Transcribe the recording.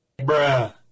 bruh